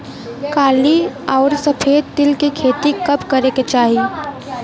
काली अउर सफेद तिल के खेती कब करे के चाही?